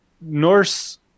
norse